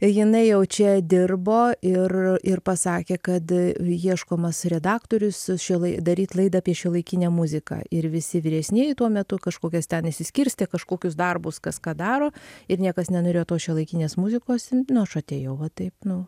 jinai jau čia dirbo ir ir pasakė kad ieškomas redaktorius ši lai daryt laidą apie šiuolaikinę muziką ir visi vyresnieji tuo metu kažkokias ten išsiskirstė kažkokius darbus kas ką daro ir niekas nenorėjo tos šiuolaikinės muzikos i nu aš atėjau va taip nu